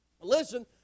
listen